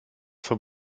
von